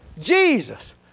Jesus